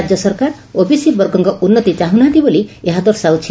ରାଜ୍ୟ ସରକାର ଓବିସି ବର୍ଗଙ୍କ ଉନ୍ଦତି ଚାହୁଁନାହାନ୍ତି ବୋଲି ଏହା ଦର୍ଶାଉଛି